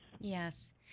Yes